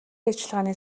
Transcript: ажиллагааны